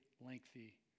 lengthy